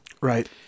Right